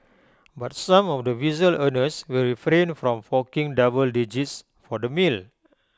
but some of the visual earners will refrain from forking double digits for the meal